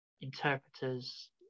interpreters